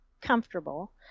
comfortable